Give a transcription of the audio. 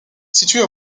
située